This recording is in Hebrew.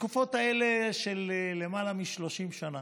בתקופות האלה, לפני למעלה מ-30 שנה,